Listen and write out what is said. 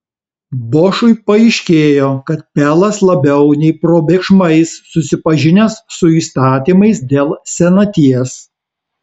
bošui paaiškėjo kad pelas labiau nei probėgšmais susipažinęs su įstatymais dėl senaties